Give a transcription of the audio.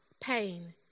pain